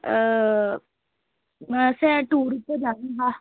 असें टूर उप्पर जाना हा